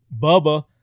Bubba